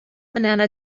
banana